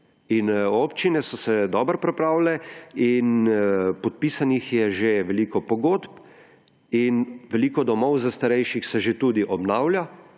občine so se dobro pripravile in podpisanih je že veliko pogodb in veliko domov za starejše se že tudi obnavlja,